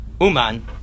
Uman